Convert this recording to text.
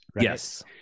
yes